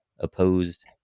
opposed